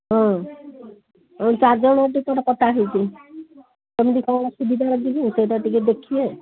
ହଁ ହଁ ଚାରି ଜଣକ ଟିକଟ କଟାହେଇଚି କେମିତି କ'ଣ ଅସୁବିଧାରେ ଯିବୁ ସେଇଟା ଟିକିଏ ଦେଖିବେ